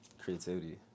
creativity